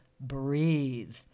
breathe